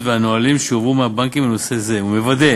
והנהלים שהועברו מהבנקים בנושא זה ומוודא